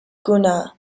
gunnar